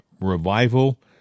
revival